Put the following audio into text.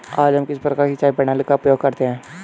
आज हम किस प्रकार की सिंचाई प्रणाली का उपयोग करते हैं?